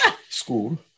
School